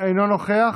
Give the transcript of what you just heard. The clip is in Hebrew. אינו נוכח.